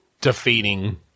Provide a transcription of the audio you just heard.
defeating